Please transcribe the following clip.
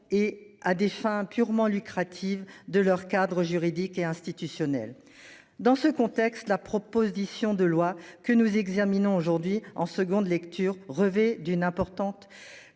et à des fins purement lucratives de leur cadre juridique et institutionnel. Dans ce contexte, la proposition de loi que nous examinons aujourd'hui en seconde lecture rêver d'une importante